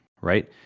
Right